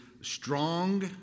strong